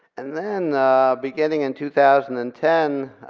and then beginning in two thousand and ten,